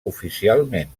oficialment